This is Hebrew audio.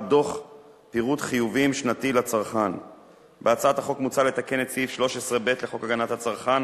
33 להצעת חוק הגנת הצרכן.